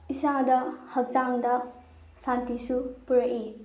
ꯏꯁꯥꯗ ꯍꯛꯆꯥꯡꯗ ꯁꯥꯟꯇꯤꯁꯨ ꯄꯨꯔꯛꯏ